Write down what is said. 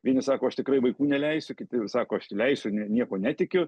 vieni sako aš tikrai vaikų neleisiu kiti sako aš leisiu ne niekuo netikiu